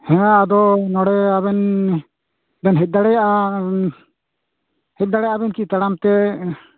ᱦᱮᱸ ᱟᱫᱚ ᱱᱚᱰᱮ ᱟᱵᱤᱱ ᱵᱮᱱ ᱦᱮᱡ ᱫᱟᱲᱮᱭᱟᱜᱼᱟ ᱦᱮᱡ ᱫᱟᱲᱮᱭᱟᱵᱤᱱ ᱠᱤ ᱛᱟᱲᱟᱢᱛᱮ